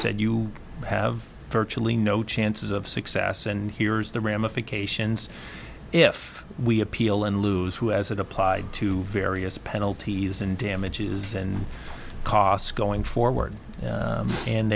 said you have virtually no chance of success and here's the ramifications if we appeal and lose who has it applied to various penalties and damages and costs going forward